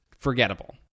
forgettable